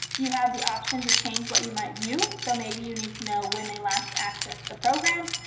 you have the option to change what you might view. so maybe you need to know when they last accessed the program,